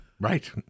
right